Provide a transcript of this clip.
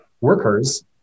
workers